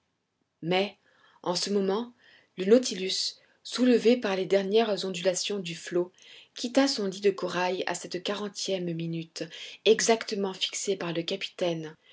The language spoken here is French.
mais en ce moment le nautilus soulevé par les dernières ondulations du flot quitta son lit de corail à cette quarantième minute exactement fixée par le capitaine